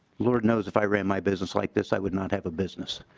lord knows if i ran my business like this i would not have a business.